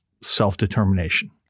self-determination